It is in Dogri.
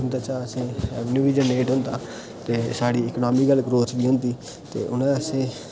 उंदे चा असेई रेवन्यू बी जनरेट होंदा ते साढ़ी इकनामिक ग्रोथ बी होंदी ते उन्नै असे